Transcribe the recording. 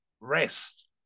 Rest